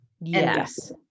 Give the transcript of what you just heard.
Yes